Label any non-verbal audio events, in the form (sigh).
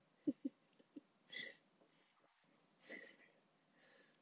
(laughs) (laughs)